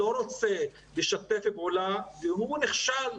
הוא לא רוצה לשתף פעולה והוא נכשל,